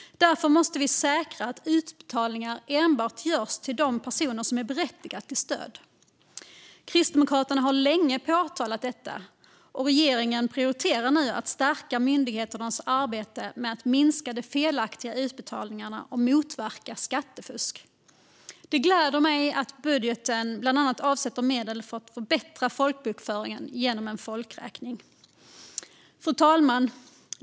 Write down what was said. Därför måste vi säkra att utbetalningar enbart görs till de personer som är berättigade till stöd. Kristdemokraterna har länge talat om detta, och regeringen prioriterar nu att stärka myndigheternas arbete med att minska de felaktiga utbetalningarna och motverka skattefusk. Det gläder mig att det i budgeten bland annat avsätts medel för att förbättra folkbokföringen genom en folkräkning. Fru talman!